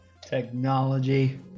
technology